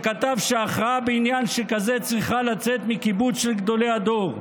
שכתב שההכרעה בעניין שכזה צריכה לצאת מקיבוץ של גדולי הדור.